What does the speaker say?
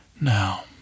Now